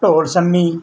ਢੋਲ ਸੰਮੀ